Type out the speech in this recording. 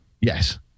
Yes